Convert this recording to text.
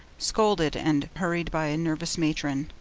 scolded and hurried by a nervous matron.